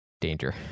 danger